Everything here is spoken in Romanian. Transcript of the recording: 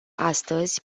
astăzi